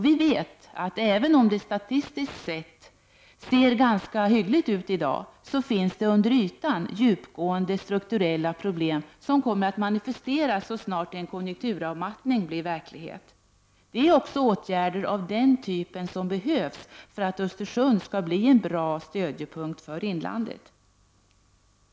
Vi vet att även om det statistiskt sett ser ganska hyggligt ut i dag, så finns det under ytan djupgående strukturella problem, som kommer att manifesteras så snart en konjunkturavmattning blir verklighet. Det är också åtgärder av denna typ som behövs för att Östersund skall bli en bra stödjepunkt för inlandet.